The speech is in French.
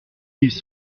ils